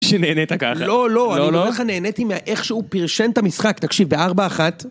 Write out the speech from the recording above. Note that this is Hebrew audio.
שנהנית ככה. לא, לא, אני אומר לך נהנתי מאיך שהוא פרשן את המשחק, תקשיב, בארבע, אחת.